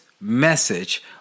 message